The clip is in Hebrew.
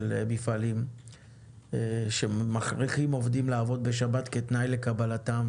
המפעלים שמכריחים עובדים לעבוד בשבת כתנאי לקבלתם.